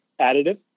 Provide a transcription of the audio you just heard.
additive